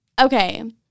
okay